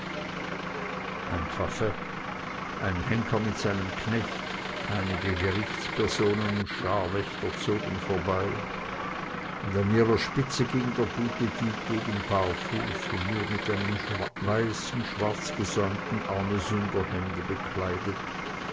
ein pfaffe ein henker mit seinem knecht einige gerichtspersonen und scharwächter zogen vorbei und an ihrer spitze ging der gute dietegen barfuß und nur mit einem weißen schwarzgesäumten armesünderhemde bekleidet